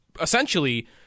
essentially